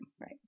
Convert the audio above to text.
Right